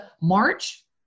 March